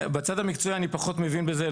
בצד המקצועי אני פחות מבין בזה,